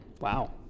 Wow